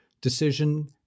decision